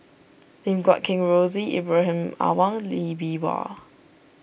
Lim Guat Kheng Rosie Ibrahim Awang Lee Bee Wah